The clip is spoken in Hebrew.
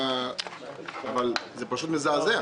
אבל זה פשוט מזעזע.